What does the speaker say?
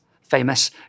famous